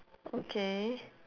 okay